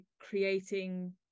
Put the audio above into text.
creating